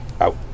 out